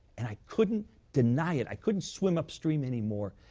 and i couldn't deny it, i couldn't swim upstream anymore.